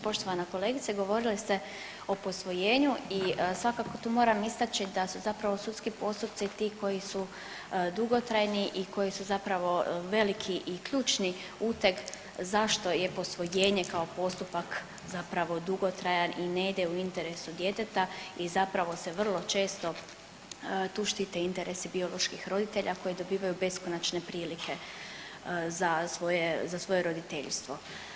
Poštovana kolegice govorili ste o posvojenju i svakako tu moram istači da su zapravo sudski postupci ti koji su dugotrajni i koji su zapravo veliki i ključni uteg zašto je posvojenje kao postupak zapravo dugotrajan i ne ide u interesu djeteta i zapravo se vrlo često tu štite interesi bioloških roditelja koji dobivaju beskonačne prilike za svoje, za svoje roditeljstvo.